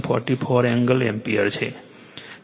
44o ampere છે